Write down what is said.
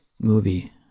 movie